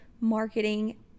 marketing